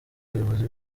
bayobozi